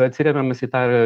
atsiremiam mes į tą